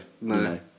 No